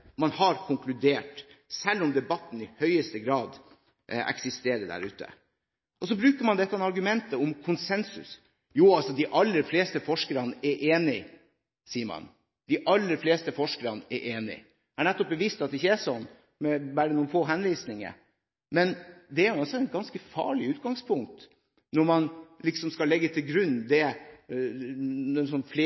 man har konkludert, selv om debatten i høyeste grad eksisterer der ute. Så bruker man dette argumentet om konsensus. Jo, de aller fleste forskerne er enige, sier man. Jeg har nettopp bevist at det ikke er sånn, med bare noen få henvisninger. Det er også et ganske farlig utgangspunkt når man liksom skal legge til grunn det